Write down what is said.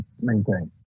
maintain